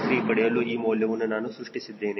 063 ಪಡೆಯಲು ಈ ಮೌಲ್ಯವನ್ನು ನಾನು ಸೃಷ್ಟಿಸಿದ್ದೇನೆ